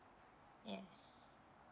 yes